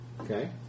Okay